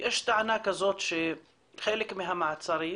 יש טענה כזו שחלק מהמעצרים